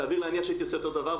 סביר להניח שאני הייתי עושה אותו דבר,